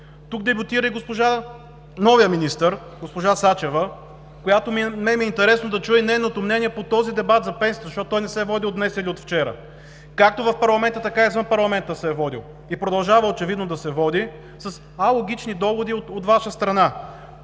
Тук дебатира и новият министър – госпожа Сачева, на която ми е интересно да чуя и нейното мнение по този дебат за пенсиите, защото той не се води от днес или от вчера. Както в парламента, така и извън парламента се е водил и продължава очевидно да се води с алогични доводи от Ваша страна.